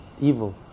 evil